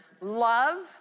love